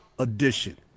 edition